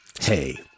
Hey